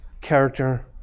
character